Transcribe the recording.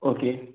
okay